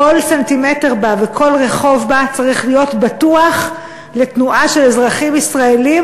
כל סנטימטר בה וכל רחוב בה צריך להיות בטוח לתנועה של אזרחים ישראלים,